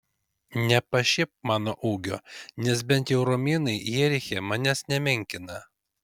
nepašiepk mano ūgio nes bent jau romėnai jeriche manęs nemenkina